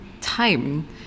time